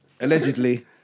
Allegedly